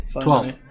Twelve